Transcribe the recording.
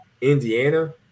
Indiana